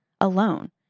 alone